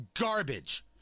garbage